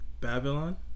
Babylon